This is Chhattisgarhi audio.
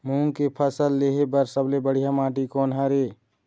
मूंग के फसल लेहे बर सबले बढ़िया माटी कोन हर ये?